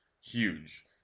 huge